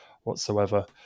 whatsoever